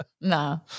No